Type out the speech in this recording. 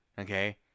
Okay